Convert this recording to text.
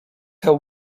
have